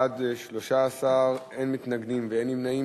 בעד, 13, אין מתנגדים ואין נמנעים.